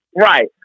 Right